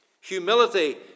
humility